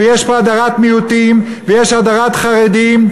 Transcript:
ויש פה הדרת מיעוטים ויש הדרת חרדים.